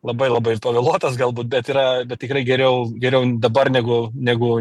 labai labai pavėluotas galbūt bet yra bet tikrai geriau geriau dabar negu negu